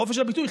חופש הביטוי,